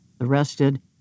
Arrested